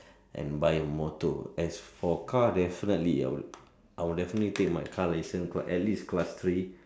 and buy motor as for car definitely I will I will definitely take my car license at least class three